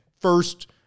first